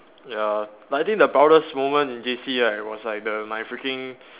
ya but I think the proudest moment in J_C right was like the my freaking